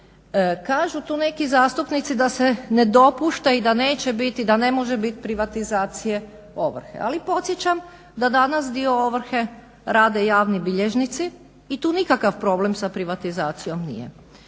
Kažu tu neki zastupnici da se ne dopušta i da neće biti, da ne može biti privatizacije ovrhe. Ali podsjećam da danas dio ovrhe rade javni bilježnici i tu nikakav problem sa privatizacijom nije.